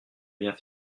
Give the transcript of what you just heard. vient